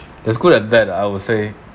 that's good at that I would say